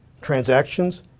transactions